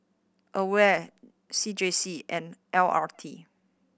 AWARE C J C and L R T